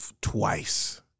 Twice